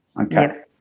Okay